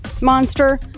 monster